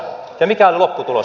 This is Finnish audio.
ja mikä oli lopputulos